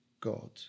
God